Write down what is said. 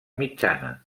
mitjana